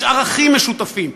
יש ערכים משותפים,